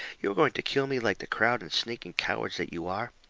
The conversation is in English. you are going to kill me like the crowd of sneaking cowards that you are.